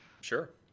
Sure